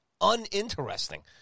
uninteresting